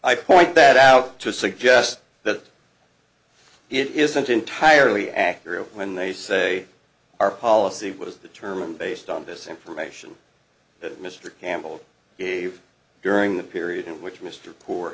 i point that out to suggest that it isn't entirely accurate when they say our policy was the term based on this information that mr campbell gave during the period in which mr poor